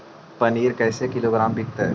पनिर कैसे किलोग्राम विकतै?